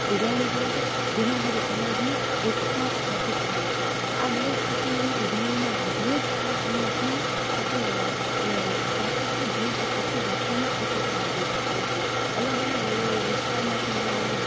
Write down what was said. ઉજવણી કરે છે જેના લીધે સમાજમાં એકતા સ્થાપિત થાય છે આ દરેક પ્રસંગોની ઉજવણીના લીધે જ તે સમાજમાં આપણે એ સાતત્ય જોઈ શકીએ છીએ લોકોમાં એકીકરણ જોઈ શકીએ છીએ અલગ અલગ વિસ્તારમાંથી અલગ અલગ